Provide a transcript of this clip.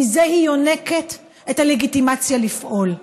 מזה היא יונקת את הלגיטימציה לפעול.